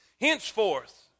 Henceforth